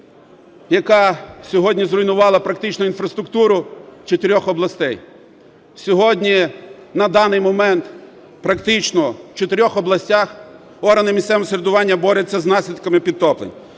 яка сьогодні зруйнувала практично інфраструктуру чотирьох областей. Сьогодні на даний момент практично в чотирьох областях органи місцевого самоврядування борються з наслідками підтоплень.